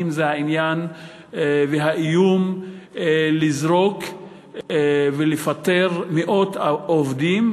זה העניין והאיום לזרוק ולפטר מאות עובדים,